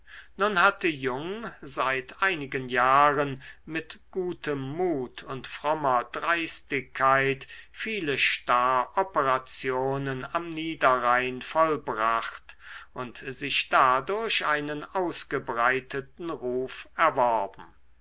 nun hatte jung seit einigen jahren mit gutem mut und frommer dreistigkeit viele staroperationen am niederrhein vollbracht und sich dadurch einen ausgebreiteten ruf erworben